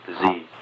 disease